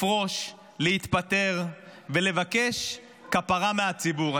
לפרוש, להתפטר ולבקש כפרה מהציבור.